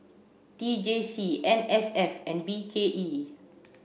T J C N S F and B K E